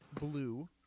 blue